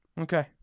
Okay